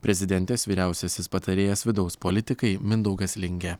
prezidentės vyriausiasis patarėjas vidaus politikai mindaugas lingė